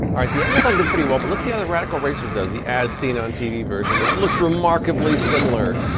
alright the amazon did pretty well but let's see how that radical racers does. the as-seen-on-tv version, which looks remarkably similar.